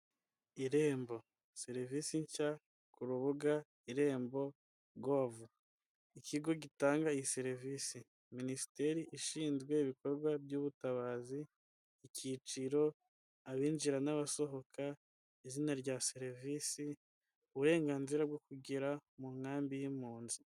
Irembo, serivisi nshya ku rubuga irembo govu, ikigo gitanga iyi serivisi, minisiteri ishinzwe ibikorwa by'ubutabazi, icyiciro, abinjira n'abasohoka, izina rya serivisi, uburenganzira bwo kugera mu nkambi y'impunzi.